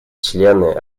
члены